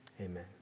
Amen